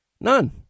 None